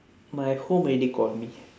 my home already call me